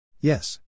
Yes